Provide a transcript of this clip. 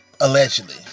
Allegedly